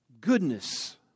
goodness